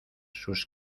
sus